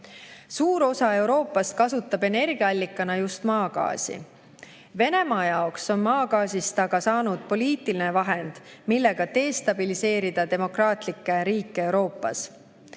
Suur osa Euroopast kasutab energiaallikana just maagaasi. Venemaa jaoks on maagaasist saanud aga poliitiline vahend, millega destabiliseerida demokraatlikke Euroopa